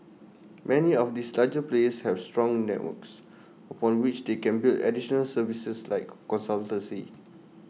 many of these larger players have strong networks upon which they can build additional services like consultancy